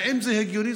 האם זה הגיוני?